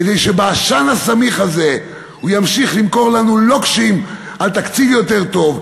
כדי שבעשן הסמיך הזה הוא ימשיך למכור לנו לוקשים על תקציב יותר טוב,